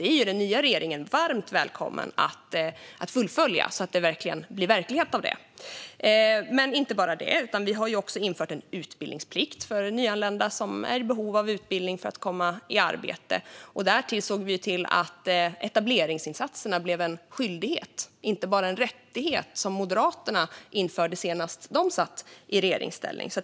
Det är den nya regeringen varmt välkommen att fullfölja så att det blir verklighet av det. Men det är inte bara det. Vi har också infört en utbildningsplikt för nyanlända som är i behov av utbildning för att komma i arbete. Därtill såg vi till att etableringsinsatserna blev en skyldighet och inte bara en rättighet som Moderaterna införde senast de satt i regeringsställning.